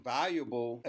valuable